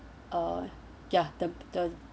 uh ya the the